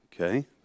Okay